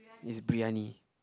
is briyani